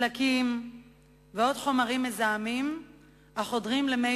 דלקים ועוד חומרים מזהמים החודרים למי